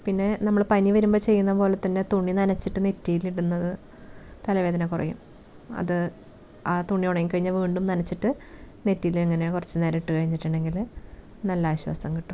പിന്നെ നമ്മള് പനി വരുമ്പം ചെയ്യുന്നത് പോലെ തന്നെ തുണി നനച്ചിട്ട് നെറ്റിയിലിടുന്നത് തലവേദന കുറയും അത് ആ തുണി ഉണങ്ങി കഴിഞ്ഞാൽ വീണ്ടും നനച്ചിട്ട് നെറ്റിയിലിങ്ങനെ കുറച്ച് നേരിട്ട്കഴിഞ്ഞിട്ടുണ്ടെങ്കില് നല്ല ആശ്വാസം കിട്ടും